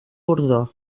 bordó